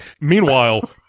Meanwhile